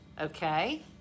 Okay